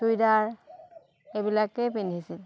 চুইদাৰ এইবিলাকেই পিন্ধিছিল